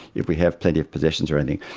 if we have plenty of possessions or anything?